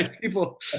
People